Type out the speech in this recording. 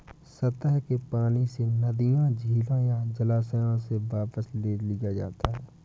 सतह के पानी से नदियों झीलों या जलाशयों से वापस ले लिया जाता है